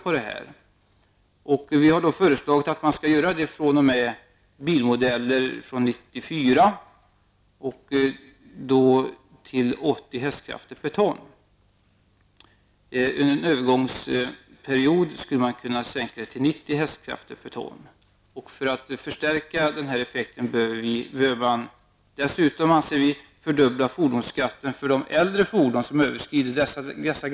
Miljöpartiet har föreslagit att man skall införa en begränsning på 80 hk ton. För att förstärka denna effekt behövs dessutom fordonsskatten fördubblas för de äldre fordon som överskrider dessa gränser.